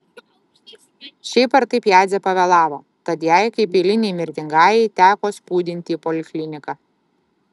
šiaip ar taip jadzė pavėlavo tad jai kaip eilinei mirtingajai teko spūdinti į polikliniką